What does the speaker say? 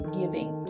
giving